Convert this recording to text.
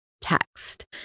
text